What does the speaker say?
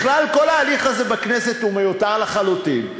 בכלל, כל ההליך הזה בכנסת הוא מיותר לחלוטין.